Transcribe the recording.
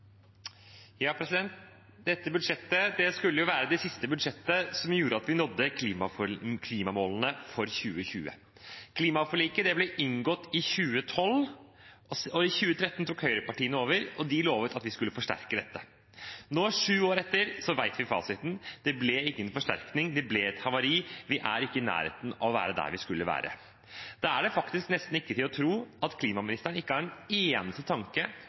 Dette budsjettet skulle være det siste budsjettet som gjorde at vi nådde klimamålene for 2020. Klimaforliket ble inngått i 2012, og i 2013 tok høyrepartiene over. De lovet at de skulle forsterke dette. Nå, sju år etter, vet vi fasiten: Det ble ingen forsterkning, det ble et havari, vi er ikke i nærheten av å være der vi skulle vært. Da er det faktisk nesten ikke til å tro at klimaministeren ikke har en eneste tanke